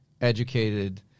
educated